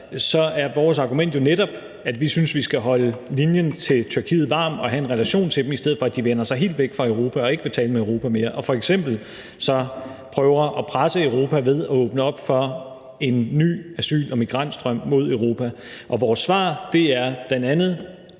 at vores argument jo netop er, at vi synes, at vi skal holde linjen til Tyrkiet varm og have en relation til dem, i stedet for at de vender sig helt væk fra Europa og ikke vil tale med Europa mere og f.eks. så prøver at presse Europa ved at åbne op for en ny asyl- og migrantstrøm mod Europa. Vores svar er bl.a. det